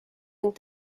ning